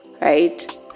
right